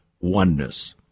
oneness